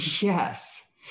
Yes